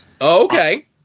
okay